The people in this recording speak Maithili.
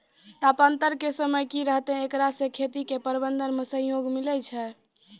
तापान्तर के समय की रहतै एकरा से खेती के प्रबंधन मे सहयोग मिलैय छैय?